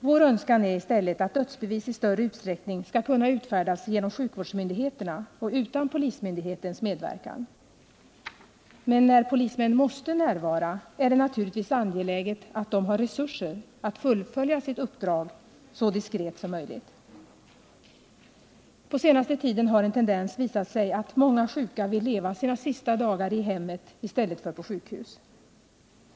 Vår önskan är i stället att dödsbevis i större utsträckning skall kunna utfärdas genom sjukvårdsmyndigheterna och utan polismyndighetens medverkan. Men när polismän måste närvara är det naturligtvis angeläget att de har resurser att fullfölja sitt uppdrag så diskret som möjligt. På senaste tiden har en tendens visat sig att många sjuka vill leva sina sista dagar i hemmet i stället för på sjukhus.